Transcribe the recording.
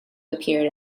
appeared